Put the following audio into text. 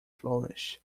flourish